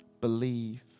Believe